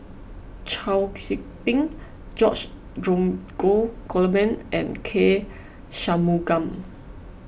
Chau Sik Ting George Dromgold Coleman and K Shanmugam